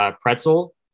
Pretzel